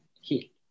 heat